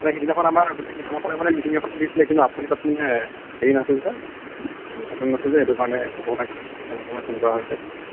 মানে সিদিনাখন আমাৰ গোটেই শিক্ষকসকলে মানে মিটিং এখন দিছিলে কিন্তু আপুনি তাত মানে হেৰি নাছিল যে এটেণ্ট নাছিল যে সেইটো কাৰণে তেনেকৈ মানে ফোন কৰা হৈছে